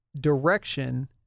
direction